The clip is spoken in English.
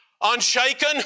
unshaken